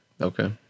Okay